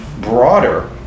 broader